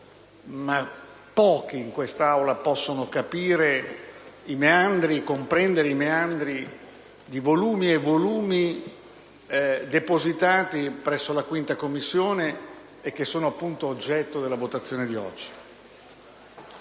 che pochi in quest'Aula possano comprendere i meandri di volumi e volumi depositati presso la 5a Commissione e che sono, appunto, oggetto della votazione di oggi.